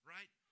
Right